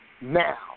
Now